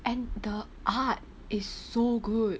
and the art is so good